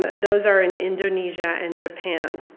those are in indonesia and japan.